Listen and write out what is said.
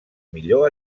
millor